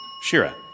Shira